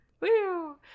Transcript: Woo